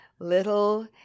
little